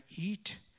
eat